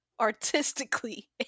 artistically